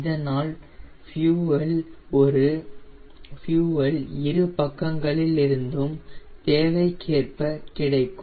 இதனால் ஃபியூயெல் இரு பக்கங்களிலிருந்தும் தேவைக்கேர்ப்ப கிடைக்கும்